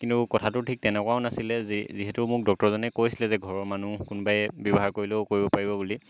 কিন্তু কথাটো ঠিক তেনেকুৱাও নাছিলে যি যিহেতু মোক ডক্তৰজনে কৈছিলে যে ঘৰৰ মানুহ কোনোবাই ব্যৱহাৰ কৰিলেও কৰিব পাৰিব বুলি